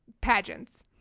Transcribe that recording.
pageants